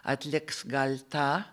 atliks gal tą